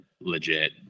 legit